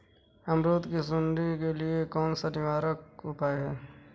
अमरूद की सुंडी के लिए कौन सा निवारक उपाय है?